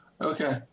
Okay